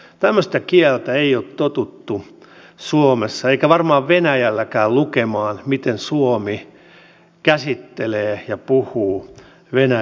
tämmöistä kieltä ei ole totuttu suomessa eikä varmaan venäjälläkään lukemaan miten suomi käsittelee venäjän tilaa ja puhuu siitä